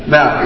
Now